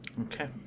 Okay